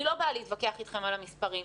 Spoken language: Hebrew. אני לא באה להתווכח איתכם על המספרים.